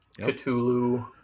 Cthulhu